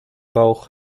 bauch